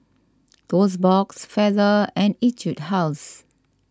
Toast Box Feather and Etude House